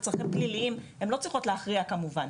לצורכים פליליים הן לא צריכות לזהות כמובן.